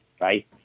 right